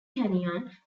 canyon